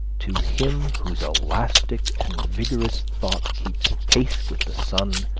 to him whose elastic and vigorous thought keeps pace with the sun,